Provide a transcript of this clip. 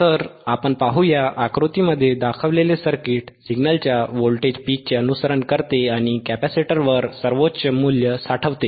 तर आपण पाहूया आकृतीमध्ये दाखवलेले सर्किट सिग्नलच्या व्होल्टेज पीकचे अनुसरण करते आणि कॅपेसिटरवर सर्वोच्च मूल्य साठवते